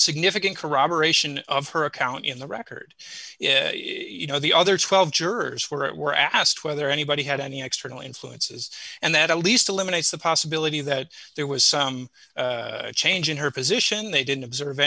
significant corroboration of her account in the record you know the other twelve jurors were asked whether anybody had any external influences and that at least eliminates the possibility that there was some change in her position they didn't observe